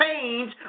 change